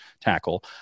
tackle